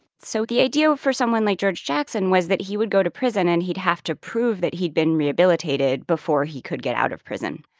so the idea for someone like george jackson was that he would go to prison, and he'd have to prove that he'd been rehabilitated before he could get out of prison.